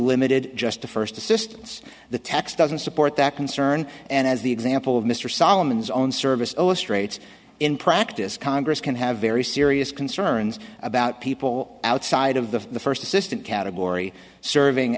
limited just to first assistance the text doesn't support that concern and as the example of mr solomon's own service illustrates in practice congress can have very serious concerns about people outside of the first assistant category serving